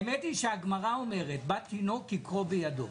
האמת היא שהגמרא אומרת: בת תינוק, כיכרו בידו.